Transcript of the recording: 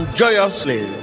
joyously